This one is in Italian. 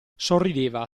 sorrideva